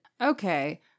okay